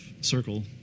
Circle